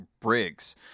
Briggs